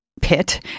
pit